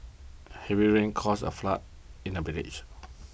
heavy rains caused a flood in the village